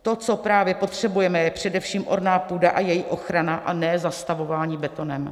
To, co právě potřebujeme, je především orná půda a její ochrana, a ne zastavování betonem.